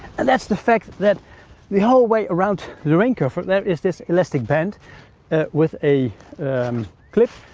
and that's the fact that the whole way around the rain cover there is this elastic band with a clip,